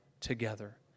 together